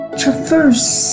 traverse